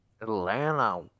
Atlanta